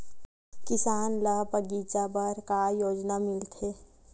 किसान ल बगीचा बर का योजना मिलथे?